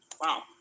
Wow